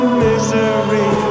misery